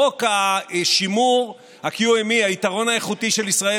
חוק שימור היתרון האיכותי של ישראל,